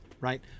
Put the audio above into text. right